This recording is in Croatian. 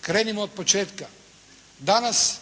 krenimo od početka. Danas